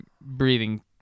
breathing